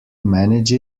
manage